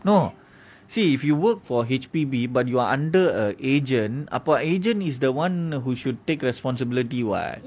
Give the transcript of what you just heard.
no see if you worked for H_P_B but you are under a agent அப்போ:apo agent is the one who should take responsibility [what]